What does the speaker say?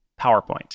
PowerPoint